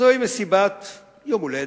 זוהי מסיבת יום הולדת,